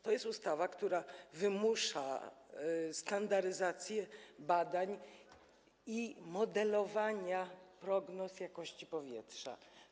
To jest ustawa, która wymusza standaryzację badań i modelowania prognoz jakości powietrza.